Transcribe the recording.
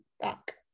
back